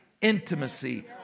intimacy